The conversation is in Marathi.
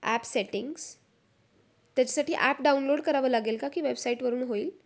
ॲप सेटिंग्स त्याच्यासाठी ॲप डाउनलोड करावं लागेल का की वेबसाईटवरून होईल